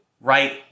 right